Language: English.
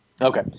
Okay